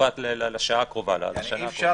לשעה הקרובה, לשנה הקרובה.